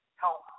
help